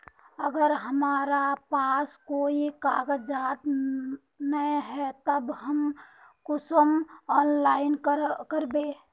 अगर हमरा पास कोई कागजात नय है तब हम कुंसम ऑनलाइन करबे?